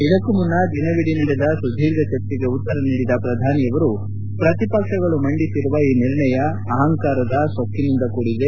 ಇದಕ್ಕೂ ಮುನ್ನ ದಿನವಿಡಿ ನಡೆದ ಸುದೀರ್ಘ ಚರ್ಚೆಗೆ ಉತ್ತರ ನೀಡಿದ ಪ್ರಧಾನಿ ನರೇಂದ್ರ ಮೋದಿ ಪ್ರತಿಪಕ್ಷಗಳು ಮಂಡಿಸಿರುವ ಈ ನಿರ್ಣಯ ಅಹಂಕಾರದ ಸೊಕ್ಕನಿಂದ ಕೂಡಿದೆ